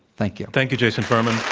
thank you. thank you, jason furman.